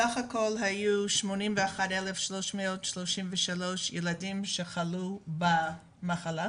בסך הכל היו 81,333 ילדים שחלו במחלה,